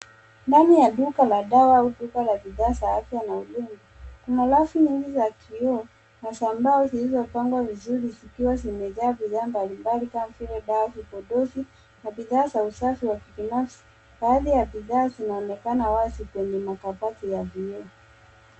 Ndani ya duka la dawa au duka la bidhaa za afya na ulinzi. Kuna rafu nyingi za kioo na za mbao zilizopangwa vizuri zikiwa zimejaa bidhaa mbalimbali kama vile dawa, vipodozi na bidhaa za usafi wa kibinafsi. Baadhi ya bidhaa zinaonekana wazi kwenye makabati ya vioo.